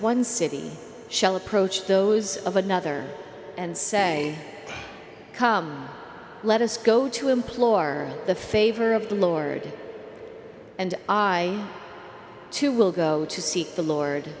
one city shall approach those of another and say come let us go to implore the favor of the lord and i too will go to seek the lord